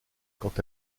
quant